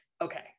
Okay